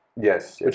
Yes